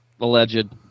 alleged